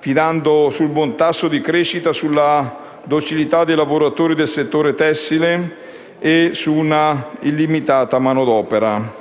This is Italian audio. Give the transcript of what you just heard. fidando sul buon tasso di crescita, sulla docilità dei lavoratori del settore tessile e su una illimitata manodopera